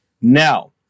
Now